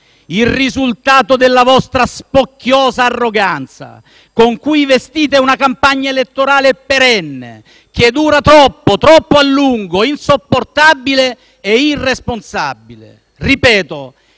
il risultato della vostra spocchiosa arroganza, con cui vestite una campagna elettorale perenne, che dura troppo, troppo a lungo, insopportabile e irresponsabile. Ripeto: